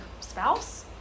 spouse